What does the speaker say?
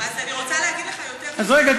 אני רוצה להגיד לך יותר מזה, רגע.